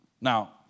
Now